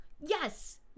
Yes